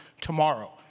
tomorrow